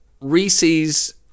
Reese's